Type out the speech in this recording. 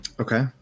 Okay